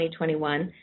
2021